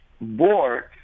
board